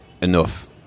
enough